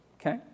Okay